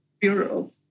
Bureau